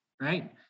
right